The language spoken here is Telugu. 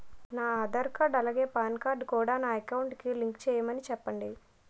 నా ఆధార్ కార్డ్ అలాగే పాన్ కార్డ్ కూడా నా అకౌంట్ కి లింక్ చేయమని చెప్పండి